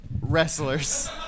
wrestlers